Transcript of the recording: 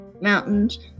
mountains